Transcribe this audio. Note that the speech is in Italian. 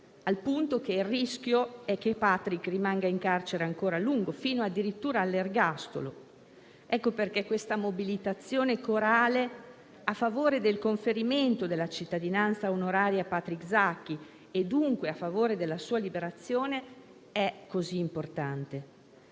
al punto che il rischio è che Patrick rimanga in carcere ancora a lungo, fino addirittura all'ergastolo. Ecco perché questa mobilitazione corale a favore del conferimento della cittadinanza onoraria a Patrick Zaki, e dunque a favore della sua liberazione, è così importante.